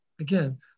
Again